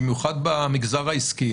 במיוחד במגזר העסקי,